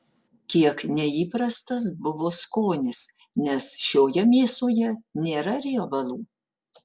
kiek neįprastas buvo skonis nes šioje mėsoje nėra riebalų